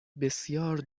بسیار